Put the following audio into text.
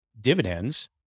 dividends